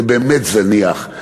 זה באמת זניח.